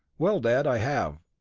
well, dad, i have,